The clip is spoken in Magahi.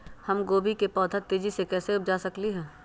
हम गोभी के पौधा तेजी से कैसे उपजा सकली ह?